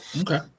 okay